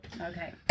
Okay